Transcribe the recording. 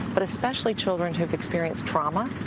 but especially children who have experienced trauma,